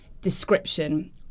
description